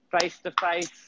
face-to-face